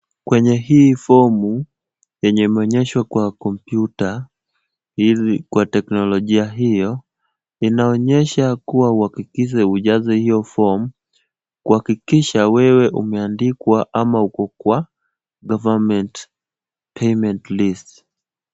Kwenye hii fomu yenye imeonyeshwa kwa kompyuta kwa teknolojia hiyo, inaonyesha kuwa uhakikishe ujaze hiyo form , kuhakikisha wewe umeandikwa ama uko kwa government payment list .